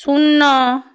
শূন্য